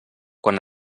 quan